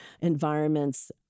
environments